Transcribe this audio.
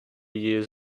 years